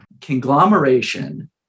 conglomeration